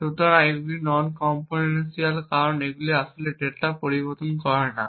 সুতরাং এগুলি non computational কারণ এটি আসলে ডেটা পরিবর্তন করে না